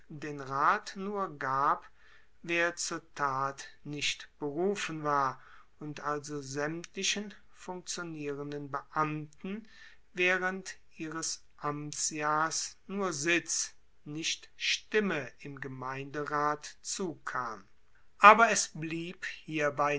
den rat nur gab wer zur tat nicht berufen war und also saemtlichen funktionierenden beamten waehrend ihres amtsjahrs nur sitz nicht stimme im gemeinderat zukam aber es blieb hierbei